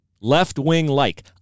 Left-wing-like